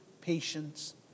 patience